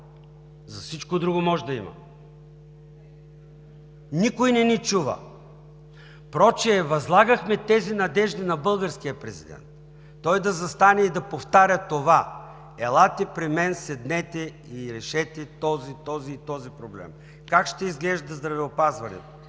За всичко друго може да има. Никой не ни чува. Впрочем възлагахме тези надежди на българския президент – той да застане и да повтаря това: елате при мен, седнете и решете този, този и този проблем. Как ще изглежда здравеопазването,